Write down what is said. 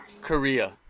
Korea